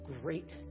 great